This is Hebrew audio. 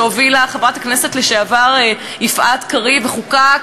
שהובילה חברת הכנסת לשעבר יפעת קריב וחוקק